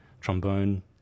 trombone